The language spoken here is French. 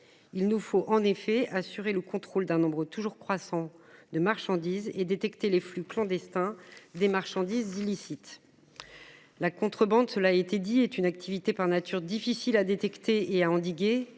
Il nous faut en effet assurer le contrôle d'un nombre toujours croissant de marchandises et détecter les flux clandestins des marchandises illicites. La contrebande. Cela a été dit est une activité par nature difficile à détecter et à endiguer,